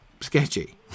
sketchy